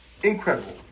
Incredible